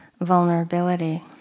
vulnerability